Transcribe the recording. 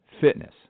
fitness